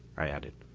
i added.